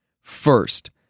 First